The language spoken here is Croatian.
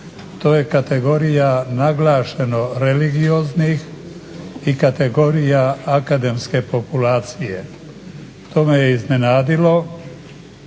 To je kategorija naglašeno religioznih i kategorija akademske populacije. To me je iznenadilo,